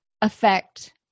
affect